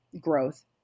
growth